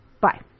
Bye